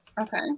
Okay